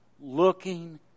looking